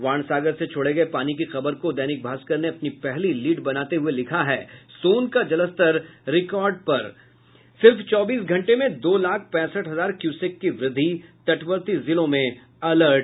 बाणसागर से छोड़े गये पानी की खबर को दैनिक भास्कर ने अपनी पहली लीड बनाते हुये लिखा है सोन का जलस्तर रिकार्ड पर पहुंचा सिर्फ चौबीस घंटे में दो लाख पैंसठ हजार क्यूसेक की वृद्धि तटवर्ती जिलों में अलर्ट